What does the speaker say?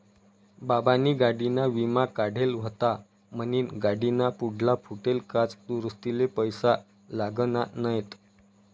बाबानी गाडीना विमा काढेल व्हता म्हनीन गाडीना पुढला फुटेल काच दुरुस्तीले पैसा लागना नैत